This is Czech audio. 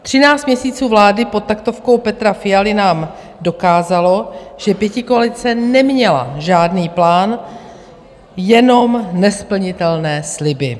Třináct měsíců vlády pod taktovkou Petra Fialy nám dokázalo, že pětikoalice neměla žádný plán, jenom nesplnitelné sliby.